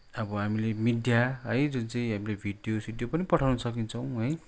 अब हामीले मिडिया जुन चाहिँ हामीले भिडियो सिडियो पनि पठाउन सकिन्छ है